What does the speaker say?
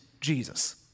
Jesus